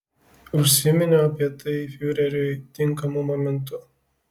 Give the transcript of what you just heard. užsiminiau apie tai fiureriui tinkamu momentu